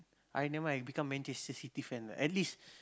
I never mind I become Manchester-City fan lah at least